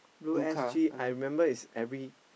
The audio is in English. blue S_G I remember is every